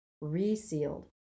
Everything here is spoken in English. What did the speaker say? resealed